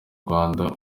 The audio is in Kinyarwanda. rwanda